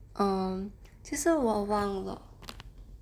err 其实是我忘了